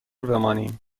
بمانیم